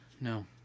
no